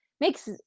makes